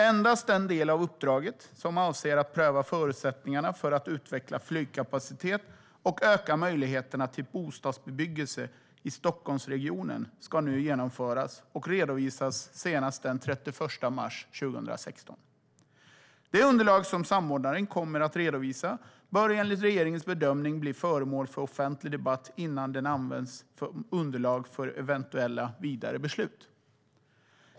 Endast den del av uppdraget som avser att pröva förutsättningarna för att utveckla flygkapacitet och öka möjligheterna till bostadsbebyggelse i Stockholmsregionen ska nu genomföras och redovisas senast den 31 mars 2016. Det underlag som samordnaren kommer att redovisa bör enligt regeringens bedömning bli föremål för offentlig debatt innan det används som underlag för eventuella vidare beslut.